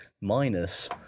minus